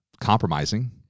compromising